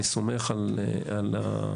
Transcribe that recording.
אני סומך על האנשים,